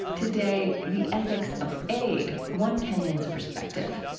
today, the ethics of aid one kenyan's perspective.